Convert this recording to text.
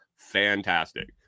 fantastic